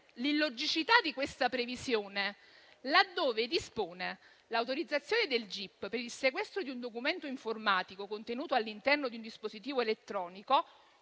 l'illogicità di questa previsione, laddove dispone l'autorizzazione del gip per il sequestro di un documento informatico contenuto all'interno di un dispositivo elettronico,